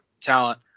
talent